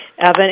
Evan